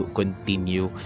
continue